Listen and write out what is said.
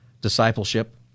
discipleship